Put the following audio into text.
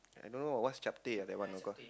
I don't know ah what's Chapteh ah that one call